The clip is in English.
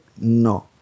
no